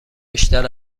بیشتر